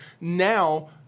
now